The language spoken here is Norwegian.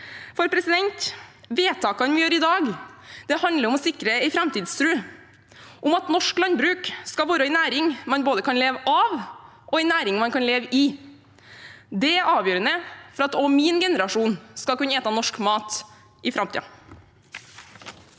For vedtakene vi gjør i dag, handler om å sikre en framtidstro, og at norsk landbruk skal være en næring man kan både leve av og leve i. Det er avgjørende for at også min generasjon skal kunne ete norsk mat i framtiden.